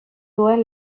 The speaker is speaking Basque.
duen